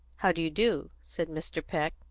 how do you do? said mr. peck,